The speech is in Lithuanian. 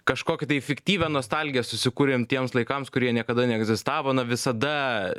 kažkokią tai fiktyvią nostalgiją susikūrėm tiems laikams kurie niekada neegzistavo na visada